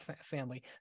family